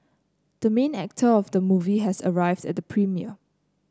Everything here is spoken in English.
the main actor of the movie has arrived at the premiere